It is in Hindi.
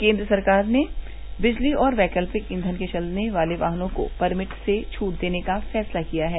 केन्द्र सरकार ने बिजली और वैकल्पिक ईंघन से चलने वाले वाहनों को परमिट से छूट देने का फैसला किया है